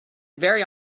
very